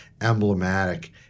emblematic